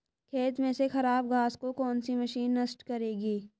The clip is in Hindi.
खेत में से खराब घास को कौन सी मशीन नष्ट करेगी?